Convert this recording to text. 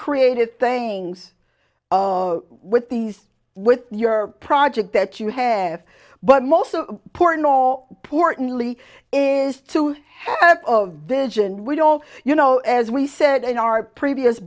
creative things with these with your project that you have but most of porno portly is to have of vision we don't you know as we said in our previous